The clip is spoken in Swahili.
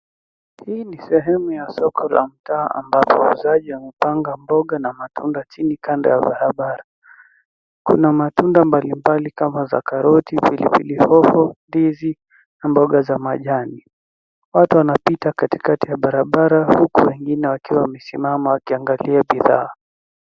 Hii ni sehemu ya soko la mtaa ambapo wauzaji wamepanga mboga na matunda chini kando ya barabara. Kuna matunda mbalimbali kama za karoti, pilipili hoho, ndizi na mboga za majani. Watu wanapita katikati ya barabara huku wengine wakiwa wamesimama wakiangalia bidhaa.